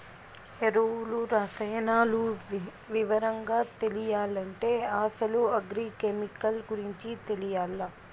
ఎరువులు, రసాయనాలు వివరంగా తెలియాలంటే అసలు అగ్రి కెమికల్ గురించి తెలియాల్ల